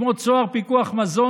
כמו "צהר פיקוח מזון",